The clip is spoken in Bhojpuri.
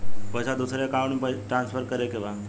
पैसा दूसरे अकाउंट में ट्रांसफर करें के बा?